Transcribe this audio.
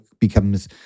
becomes